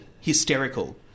hysterical